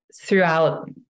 throughout